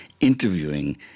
interviewing